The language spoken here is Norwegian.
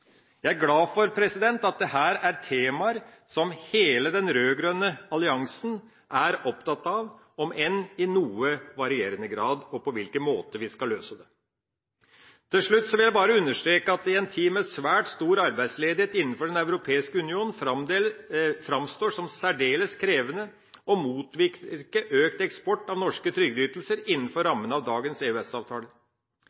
Jeg er glad for at dette er temaer som hele den rød-grønne alliansen er opptatt av, om enn i noe varierende grad, og på hvilken måte vi skal løse det. Til slutt vil jeg bare understreke at det i ei tid med svært stor arbeidsledighet innenfor Den europeiske union, framstår som særdeles krevende å motvirke økt eksport at norske trygdeytelser innenfor